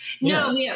No